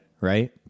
Right